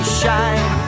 shine